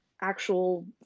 actual